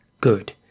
good